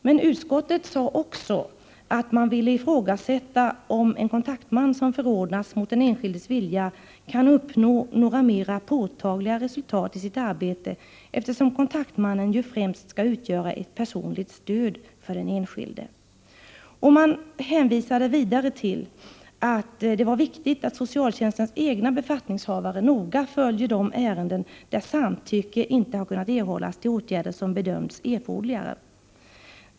Men utskottet sade också att man ville ”ifrågasätta om en kontaktman som förordnats mot den enskildes vilja kan uppnå några mera påtagliga resultat i sitt arbete, eftersom kontaktmannen ju främst skall utgöra ett personligt stöd för den enskilde”. Man hänvisade vidare till att det var viktigt ”att socialtjänstens egna befattningshavare noga följer de ärenden där samtycke inte kunnat erhållas till åtgärder som bedömts erforderliga.